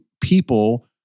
people